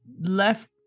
left